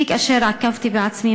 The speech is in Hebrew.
תיק אשר עקבתי בעצמי,